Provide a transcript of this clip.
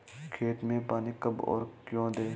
खेत में पानी कब और क्यों दें?